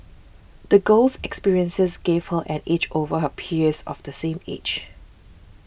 the girl's experiences gave her an edge over her peers of the same age